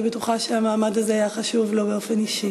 ואני בטוחה שהמעמד הזה היה חשוב לו באופן אישי.